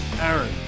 Aaron